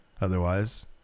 otherwise